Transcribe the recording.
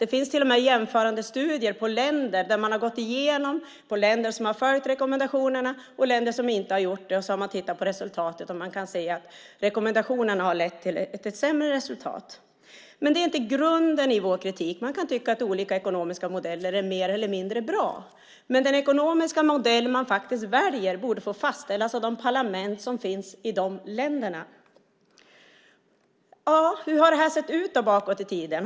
Det finns till och med jämförande studier av länder som har följt rekommendationerna och länder som inte har gjort det. När man har tittat på den färdiga studien har man kunnat se att rekommendationerna har lett till ett sämre resultat. Men det är inte grunden i vår kritik. Man kan tycka att olika ekonomiska modeller är mer eller mindre bra, men den ekonomiska modell som faktiskt väljs borde få fastställas av de parlament som finns i de länderna. Hur har det sett ut bakåt i tiden?